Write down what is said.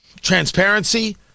transparency